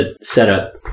setup